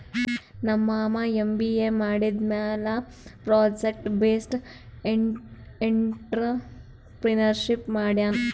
ನಮ್ ಮಾಮಾ ಎಮ್.ಬಿ.ಎ ಮಾಡಿದಮ್ಯಾಲ ಪ್ರೊಜೆಕ್ಟ್ ಬೇಸ್ಡ್ ಎಂಟ್ರರ್ಪ್ರಿನರ್ಶಿಪ್ ಮಾಡ್ಯಾನ್